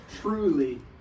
truly